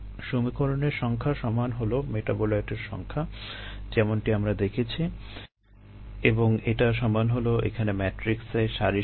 সমীকরণের সংখ্যা সমান হলো মেটাবোলাইটের সংখ্যা যেমনটি আমরা দেখেছি এবং এটা সমান হলো এখানে ম্যাট্রিক্সে সারির সংখ্যা